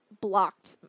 blocked